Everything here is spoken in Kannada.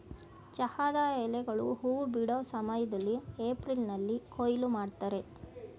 ಚಹಾದ ಎಲೆಗಳು ಹೂ ಬಿಡೋ ಸಮಯ್ದಲ್ಲಿ ಏಪ್ರಿಲ್ನಲ್ಲಿ ಕೊಯ್ಲು ಮಾಡ್ತರೆ